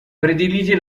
predilige